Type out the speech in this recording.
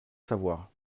savoir